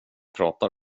pratar